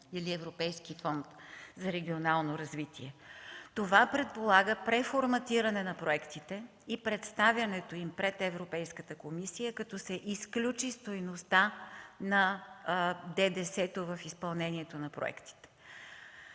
или Европейски фонд за регионално развитие. Това предполага преформатиране на проектите и представянето им пред Европейската комисия, като се изключи стойността на ДДС в изпълнението на проектите.